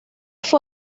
fue